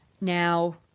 now